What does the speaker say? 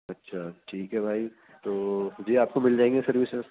اچھا ٹھیک ہے بھائی تو جی آپ کو مل جائے گی سروسز